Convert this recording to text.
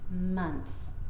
months